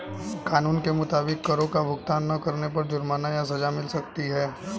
कानून के मुताबिक, करो का भुगतान ना करने पर जुर्माना या सज़ा मिल सकती है